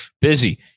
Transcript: Busy